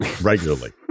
regularly